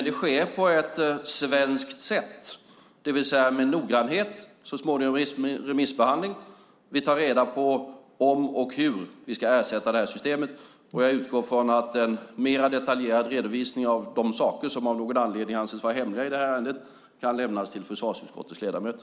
Det sker dock på svenskt sätt, det vill säga med noggrannhet och så småningom remissbehandling. Vi tar reda på om och hur vi ska ersätta systemet, och jag utgår ifrån att en mer detaljerad redovisning av de saker som av någon anledning anses vara hemliga i detta ärende kan lämnas till försvarsutskottets ledamöter.